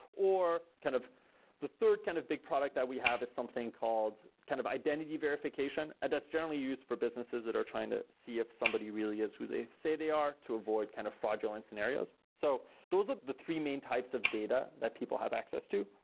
or kind of the third kind of big product that we have is something called kind of identity verification. and that's generally used for businesses that are trying to see if somebody really is who they say they are to avoid kind of fraudulent scenarios. so those of the three main types of data that people have access to,